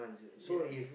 yes